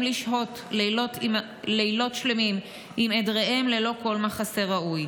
לשהות לילות שלמים עם עדריהם ללא כל מחסה ראוי.